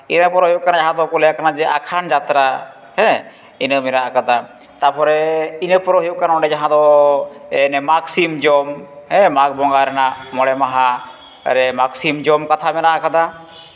ᱮᱨᱯᱚᱨᱮ ᱦᱩᱭᱩᱜ ᱠᱟᱱᱟ ᱡᱟᱦᱟᱸ ᱫᱚᱠᱚ ᱞᱟᱹᱭᱟᱜ ᱠᱟᱱᱟ ᱟᱠᱷᱟᱱ ᱦᱟᱛᱨᱟ ᱦᱮᱸ ᱤᱱᱟᱹ ᱢᱮᱱᱟᱜ ᱠᱟᱫᱟ ᱛᱟᱨᱯᱚᱨᱮ ᱤᱱᱟᱹᱯᱚᱨᱮ ᱦᱩᱭᱩᱜ ᱠᱟᱱᱟ ᱚᱸᱰᱮ ᱡᱟᱦᱟᱸ ᱫᱚ ᱢᱟᱜᱽ ᱥᱤᱢ ᱡᱚᱢ ᱢᱟᱜᱽ ᱵᱚᱸᱜᱟ ᱨᱮᱱᱟᱜ ᱢᱚᱬᱮ ᱢᱟᱦᱟ ᱨᱮ ᱢᱟᱜᱽ ᱥᱤᱢ ᱡᱚᱢ ᱠᱟᱛᱷᱟ ᱢᱮᱱᱟᱜ ᱠᱟᱫᱟ